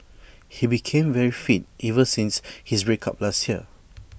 he became very fit ever since his break up last year